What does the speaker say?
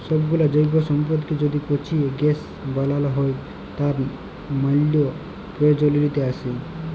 সবগুলা জৈব সম্পদকে য্যদি পচিয়ে গ্যাস বানাল হ্য়, তার ম্যালা প্রয়জলিয়তা আসে